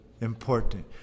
important